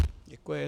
Děkuji.